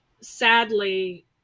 Sadly